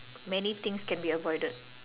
many things can be avoided